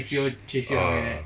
sh~ uh